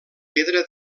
pedra